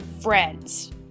friends